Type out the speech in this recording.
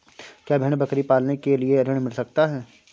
क्या भेड़ बकरी पालने के लिए ऋण मिल सकता है?